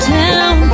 town